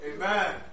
Amen